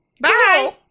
bye